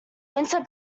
winter